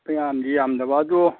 ꯄꯪꯌꯥꯝꯗꯤ ꯌꯥꯝꯗꯕ ꯑꯗꯨ